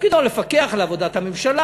תפקידו לפקח על עבודת הממשלה.